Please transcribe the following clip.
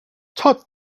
tut